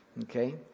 Okay